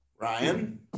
Ryan